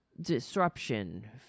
disruption